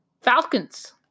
Falcons